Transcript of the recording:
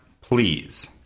please